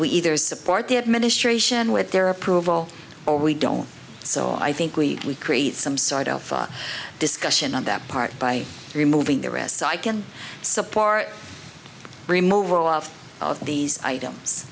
we either support the administration with their approval or we don't so i think we create some sort of discussion on that part by removing the rest so i can support remove all of these items